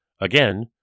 Again